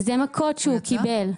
זה מכות שהוא קיבל.